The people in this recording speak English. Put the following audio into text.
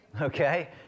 Okay